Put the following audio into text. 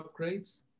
upgrades